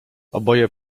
oboje